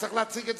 צריך להציג.